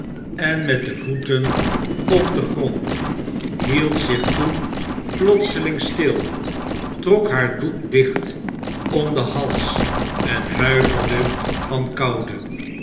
en met de voeten op den grond hield zich toen plotseling stil trok haar doek dicht om den hals en huiverde van koude